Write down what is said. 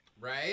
Right